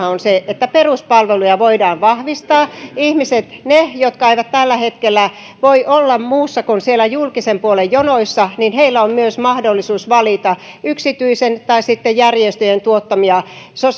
on se että peruspalveluja voidaan vahvistaa niillä ihmisillä jotka eivät tällä hetkellä voi olla muissa kuin julkisen puolen jonoissa on myös mahdollisuus valita yksityisen tai sitten järjestöjen tuottamia